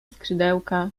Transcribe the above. skrzydełka